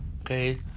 okay